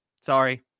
sorry